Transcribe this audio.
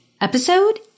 Episode